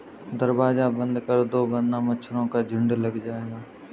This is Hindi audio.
दरवाज़ा बंद कर दो वरना मच्छरों का झुंड लग जाएगा